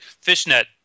Fishnet